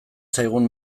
zaigun